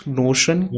notion